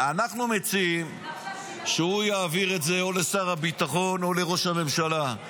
אנחנו מציעים שהוא יעביר את זה לשר הביטחון או לראש הממשלה.